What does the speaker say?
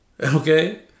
Okay